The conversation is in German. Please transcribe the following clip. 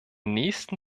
nächsten